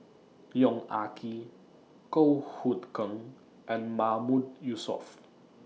Yong Ah Kee Goh Hood Keng and Mahmood Yusof